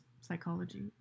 psychology